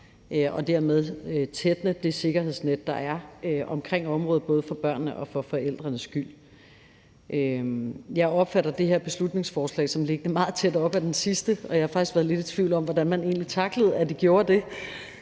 og dermed tætne det sikkerhedsnet, der er under området, både for børnenes og for forældrenes skyld. Jeg opfatter det her beslutningsforslag som liggende meget tæt op af det forrige, og jeg har faktisk været lidt i tvivl om, hvordan man egentlig tackler, at det gør det.